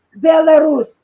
Belarus